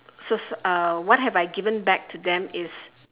so so uh what have I given back to them is